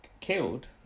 Killed